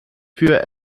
für